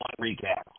recap